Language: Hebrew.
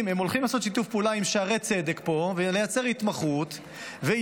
הם הולכים לעשות שיתוף פעולה עם שערי צדק פה ולייצר התמחות וידע.